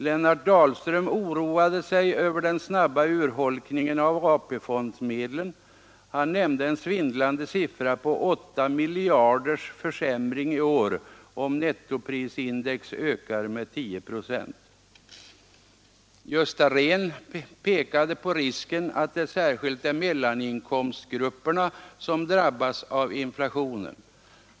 Lennart Dahlström oroade sig över den snabba urholkningen av AP-fondmedlen. Han nämnde en svindlande siffra på 8 miljarders försämring i år, om nettoprisindex ökar med 10 procent. Gösta Rehn pekade på risken att det särskilt är mellaninkomstgrupperna som drabbas av inflationen.